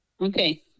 Okay